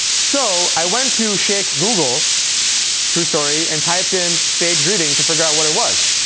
so i went to sheik google true story and typed in staged reading to figure out what it was.